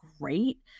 great